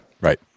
Right